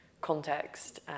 context